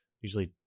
Usually